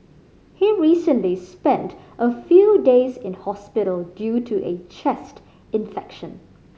he recently spent a few days in hospital due to a chest infection